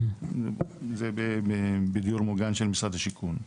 זה בדיור מוגן של משרד השיכון.